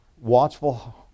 watchful